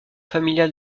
familial